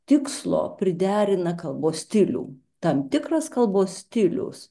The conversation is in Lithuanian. tikslo priderina kalbos stilių tam tikras kalbos stiliaus